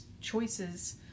choices